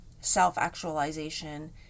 self-actualization